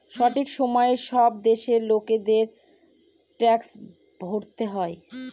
সঠিক সময়ে সব দেশের লোকেদের ট্যাক্স ভরতে হয়